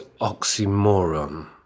oxymoron